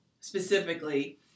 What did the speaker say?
specifically